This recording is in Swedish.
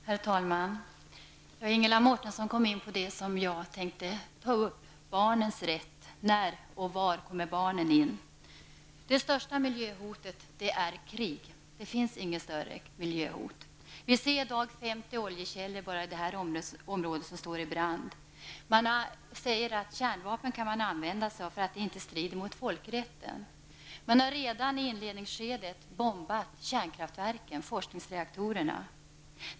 Herr talman! Ingela Mårtensson kom in på det som jag tänkte ta upp, nämligen barnens rätt. När och var kommer barnen in? Det största miljöhotet är krig; det finns inget större miljöhot. I dag är det 50 oljekällor bara i det nu aktuella området som står i brand. Man säger att kärnvapen kan man använda, för det strider inte mot folkrätten. Man har redan i inledningsskedet bombat kärnkraftverken -- forskningsreaktorerna.